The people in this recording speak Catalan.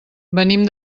venim